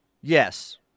Yes